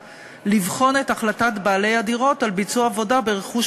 לבחון את החלטת בעלי הדירות על ביצוע עבודה ברכוש